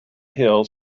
hill